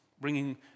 bringing